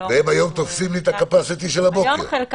היום הם תופסים את הקיבולת של הבוקר.